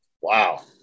Wow